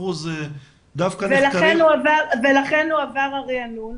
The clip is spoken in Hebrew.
דווקא נחקרים --- ולכן הועבר הרענון.